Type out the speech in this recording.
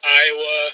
Iowa